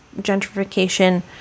gentrification